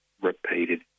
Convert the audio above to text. repeated